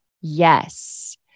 yes